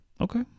okay